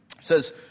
says